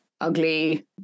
ugly